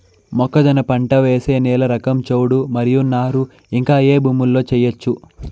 మొక్కజొన్న పంట వేసే నేల రకం చౌడు మరియు నారు ఇంకా ఏ భూముల్లో చేయొచ్చు?